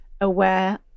aware